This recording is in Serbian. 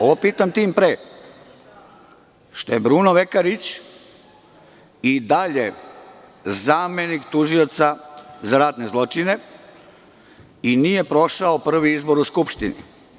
Ovo pitam tim pre što je Bruno Vekarić i dalje zamenik tužioca za ratne zločine i nije prošao prvi izbor u Skupštini.